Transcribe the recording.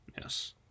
Yes